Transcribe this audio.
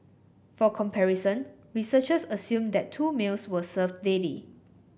for comparison researchers assumed that two meals were served daily